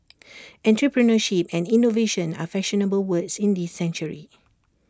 entrepreneurship and innovation are fashionable words in this century